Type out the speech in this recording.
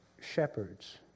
shepherds